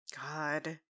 god